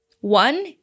one